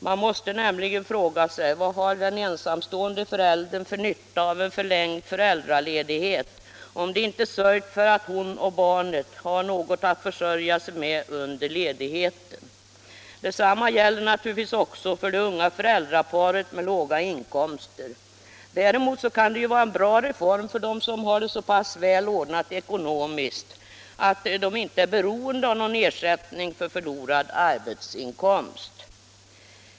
Man måste nämligen fråga sig: Vad har den ensamstående föräldern för nytta av en förlängd föräldraledighet, om det inte är sörjt för att hon och barnet har något att försörja sig med under ledigheten? Detsamma gäller naturligtvis också för det unga föräldraparet med låga inkomster. Däremot kan det vara en bra reform för dem som har det så pass väl ordnat ekonomiskt att de inte är beroende av ersättning för förlorad arbetsinkomst.